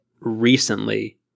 recently